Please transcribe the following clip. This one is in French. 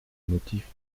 motifs